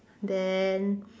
then